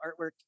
artwork